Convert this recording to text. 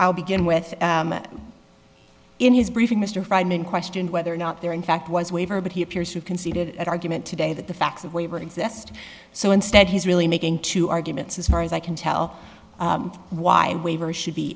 i'll begin with in his briefing mr freidman questioned whether or not there in fact was waiver but he appears to concede at argument today that the facts of waiver exist so instead he's really making two arguments as far as i can tell why waiver should be